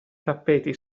tappeti